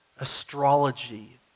astrology